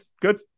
Good